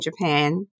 Japan